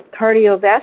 cardiovascular